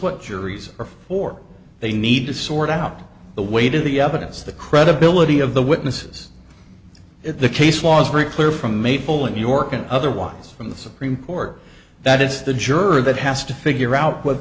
what juries are for they need to sort out the weight of the evidence the credibility of the witnesses at the case was very clear from maple and york and otherwise from the supreme court that it's the juror that has to figure out what